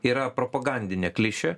yra propagandinė klišė